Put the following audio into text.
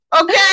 okay